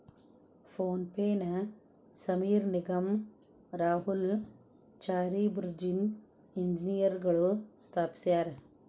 phone ಪೆನ ಸಮೇರ್ ನಿಗಮ್ ರಾಹುಲ್ ಚಾರಿ ಬುರ್ಜಿನ್ ಇಂಜಿನಿಯರ್ಗಳು ಸ್ಥಾಪಿಸ್ಯರಾ